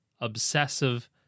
obsessive